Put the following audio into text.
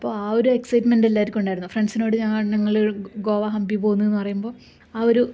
അപ്പോൾ ആ ഒരു എക്സൈറ്റ്മെന്റ് എല്ലാവര്ക്കും ഉണ്ടായിരുന്നു ഫ്രണ്ട്സിനോട് ഞാൻ ഞങ്ങള് ഗോവ ഹംപി പോകുന്നെന്നു പറയുമ്പോൾ ആ ഒരു